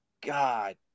God